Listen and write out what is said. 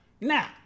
Now